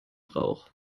rauch